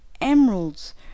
emeralds